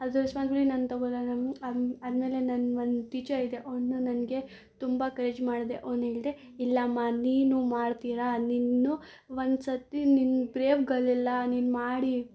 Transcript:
ನಾನು ತೊಗೊಳಲ್ಲ ಅದು ಆದಮೇಲೆ ನನ್ನ ಒನ್ ಟೀಚರ್ ಇದೆ ಅವನು ನನಗೆ ತುಂಬ ಎನ್ಕರೇಜ್ ಮಾಡಿದೆ ಅವ್ನು ಹೇಳಿದೆ ಇಲ್ಲಮ್ಮ ನೀನು ಮಾಡ್ತೀರ ನೀನು ಒಂದ್ಸತಿ ನೀನು ಬ್ರೇವ್ ಗರ್ಲ್ ಅಲ್ಲಾ ನೀನು ಮಾಡಿ